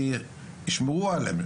שישמרו עליהם,